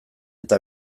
eta